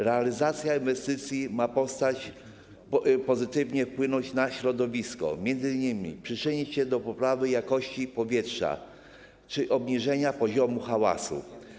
Realizacja inwestycji ma pozytywnie wpłynąć na środowisko, m.in. przyczynić się do poprawy jakości powietrza czy obniżenia poziomu hałasu.